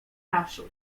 naprzód